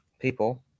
people